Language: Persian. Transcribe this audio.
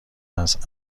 است